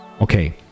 Okay